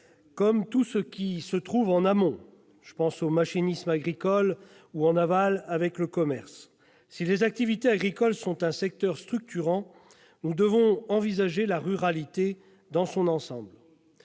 que tout ce qui se trouve en amont, comme le machinisme agricole, ou en aval, comme le commerce. Si les activités agricoles constituent un secteur structurant, nous devons envisager la ruralité dans son ensemble.